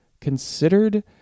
considered